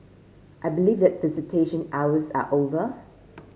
I believe that visitation hours are over